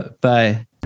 Bye